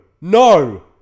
no